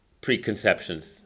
preconceptions